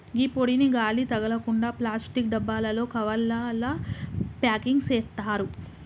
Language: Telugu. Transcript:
గీ పొడిని గాలి తగలకుండ ప్లాస్టిక్ డబ్బాలలో, కవర్లల ప్యాకింగ్ సేత్తారు